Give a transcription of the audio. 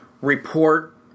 report